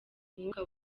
umwuka